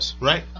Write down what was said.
Right